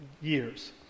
years